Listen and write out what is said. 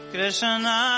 Krishna